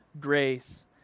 grace